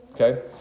Okay